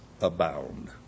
abound